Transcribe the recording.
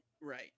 Right